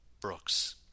Brooks